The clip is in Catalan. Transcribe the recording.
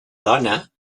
dona